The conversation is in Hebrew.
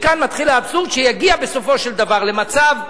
מכאן מתחיל האבסורד שיגיע בסופו של דבר למצב,